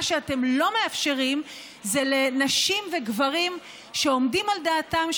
מה שאתם לא מאפשרים זה לנשים וגברים שעומדים על דעתם,